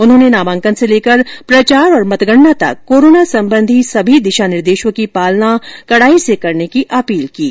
उन्होंने नामांकन से लेकर प्रचार और मतगणना तक कोरोना संबंधी सभी दिशा निर्देशो की पालना कड़ाई से करने की अपील की है